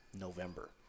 november